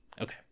Okay